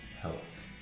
health